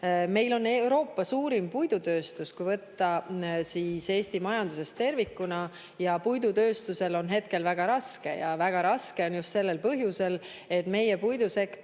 Meil on Euroopa suurim puidutööstus, kui võtta Eesti majandus tervikuna. Aga puidutööstusel on hetkel väga raske, just sellel põhjusel, et meie puidusektor